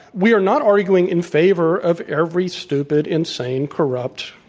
we are not arguing in favor of every stupid, insane, corrupt,